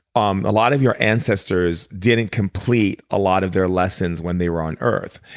um a lot of your ancestors didn't complete a lot of their lessons when they were on earth.